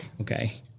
okay